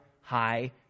high